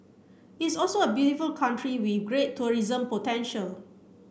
it's also a beautiful country with great tourism potential